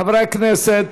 חברי הכנסת,